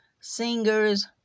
singers